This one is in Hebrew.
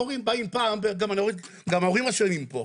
ההורים באים פעם ב -- גם ההורים אשמים פה,